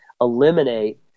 eliminate